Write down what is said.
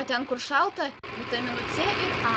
o ten kur šalta vitaminų c ir a